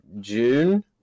June